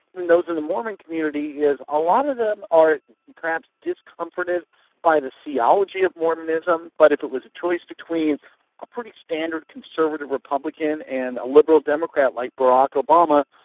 and those in the mormon community, is a lot of them are perhaps discomfited by the theology of mormonism but if it was a choice between a pretty standard conservative republican and a liberal democrat like barack obama,